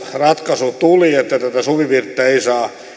ratkaisu tuli että tätä suvivirttä